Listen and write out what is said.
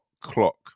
clock